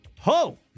Ho